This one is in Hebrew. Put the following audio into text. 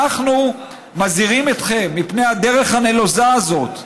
אנחנו מזהירים אתכם מפני הדרך הנלוזה הזאת.